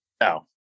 No